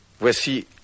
Voici